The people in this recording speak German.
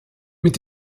mit